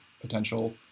potential